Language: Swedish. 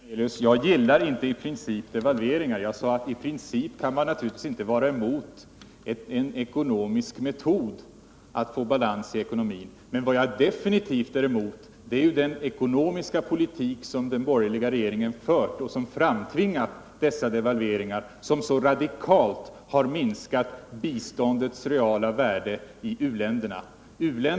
Herr talman! Jag gillar inte i princip devalveringar, herr Hernelius. Jag sade att man i princip naturligtvis inte kan vara emot en viss metod att få balans i ekonomin. Men vad jag definitivt är emot är den ekonomiska politik som den borgerliga regeringen har fört och som har framtvingat dessa devalveringar, som så radikalt har minskat biståndets reala värde i u-länderna.